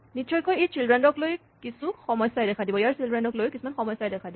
নিশ্চয়কৈ ইয়াৰ চিল্ড্ৰেন ক লৈ কিছু সমস্যাই দেখা দিব